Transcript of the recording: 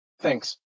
thanks